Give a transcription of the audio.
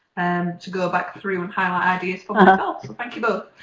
and to go back through and highlight ideas. but and thank you both,